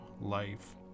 life